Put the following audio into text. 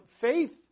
Faith